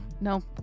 No